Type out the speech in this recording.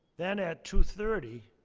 then at two thirty,